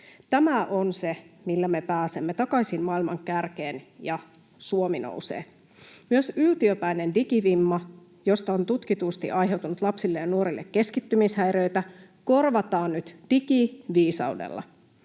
Tämä on se, millä me pääsemme takaisin maailman kärkeen ja Suomi nousee. Myös yltiöpäinen digivimma, josta on tutkitusti aiheutunut lapsille ja nuorille keskittymishäiriöitä, korvataan nyt digiviisaudella.